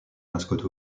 mascotte